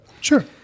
Sure